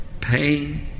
pain